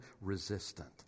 resistant